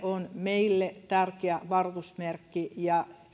on meille tärkeä varoitusmerkki ja